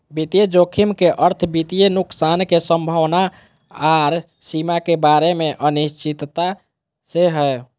वित्तीय जोखिम के अर्थ वित्तीय नुकसान के संभावना आर सीमा के बारे मे अनिश्चितता से हय